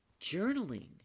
journaling